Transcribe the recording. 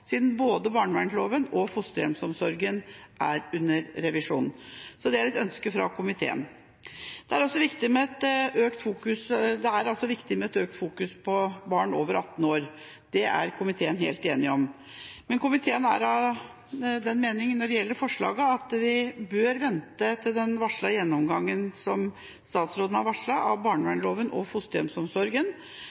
siden både barnevernsloven og fosterhjemsomsorgen er under revisjon. Det er et ønske fra komiteen. Det er viktig med økt oppmerksomhet på barn over 18 år. Det er komiteen helt enig om. Men komiteen er av den mening når det gjelder forslaget, at vi bør vente på den gjennomgangen statsråden har varslet av barnevernsloven og fosterhjemsomsorgen.